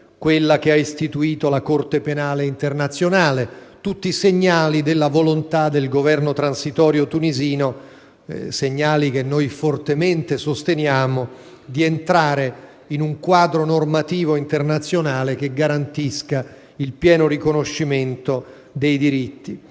quella che ha istituito la Corte penale internazionale. Sono tutti segnali della volontà del Governo transitorio tunisino, che sosteniamo fortemente, di entrare in un quadro normativo internazionale che garantisca il pieno riconoscimento dei diritti.